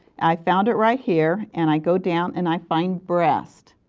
i found it right here. and i go down and i find breast,